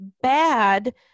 bad